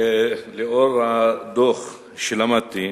לאור הדוח שלמדתי,